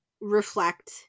reflect